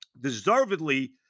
deservedly